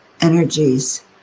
energies